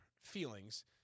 feelings